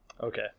Okay